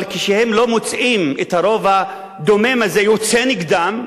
אבל כשהם לא מוצאים את הרוב הדומם הזה יוצא נגדם,